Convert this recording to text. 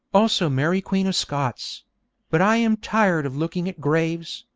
also mary queen of scots but i am tired of looking at graves,